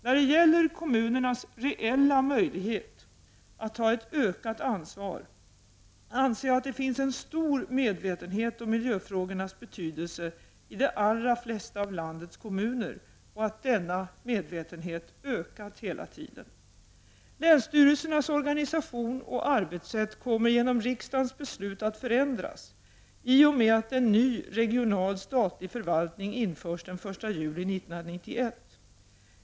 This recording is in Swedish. När det gäller kommunernas reella möjlighet att ta ett ökat ansvar anser jag att det finns en stor medvetenhet om miljöfrågornas betydelse i de allra flesta av landets kommuner och att denna medvetenhet ökat hela tiden. Länsstyrelsernas organisation och arbetssätt kommer genom riksdagens beslut att förändras i och med att en ny regional statlig förvaltning införs den 1 juli 1991.